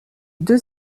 deux